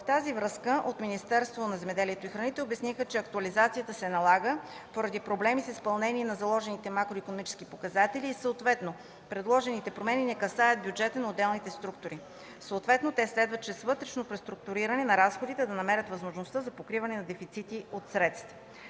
В тази връзка от Министерството на земеделието и храните обясниха, че актуализацията се налага поради проблеми с изпълнението на заложените макроикономически показатели и съответно предложените промени не касаят бюджетите на отделните структури. Съответно те следва чрез вътрешно преструктуриране на разходите да намерят възможности за откриване на дефицита си от средства.